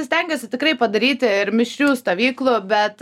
stengiuosi tikrai padaryti ir mišrių stovyklų bet